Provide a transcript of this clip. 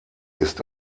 ist